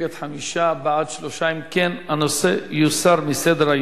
נגד, 5, בעד, 3. אם כן, הנושא יוסר מסדר-היום.